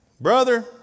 brother